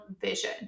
vision